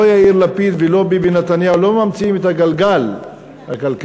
לא יאיר לפיד ולא ביבי נתניהו ממציאים את הגלגל הכלכלי.